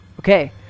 Okay